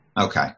Okay